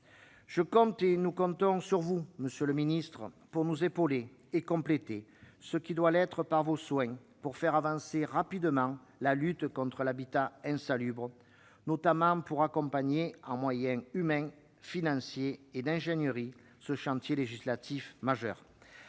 Je compte, nous comptons sur vous, monsieur le ministre, pour nous épauler et compléter ce qui doit l'être, afin de faire avancer rapidement la lutte contre l'habitat insalubre, et notamment d'accompagner en moyens humains, financiers et d'ingénierie ce chantier législatif majeur.